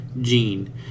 Gene